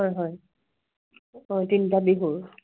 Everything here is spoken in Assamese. হয় হয় অঁ তিনিটা বিহুৰ